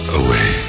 away